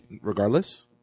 regardless